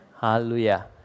Hallelujah